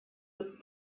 would